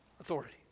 authority